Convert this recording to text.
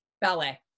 ballet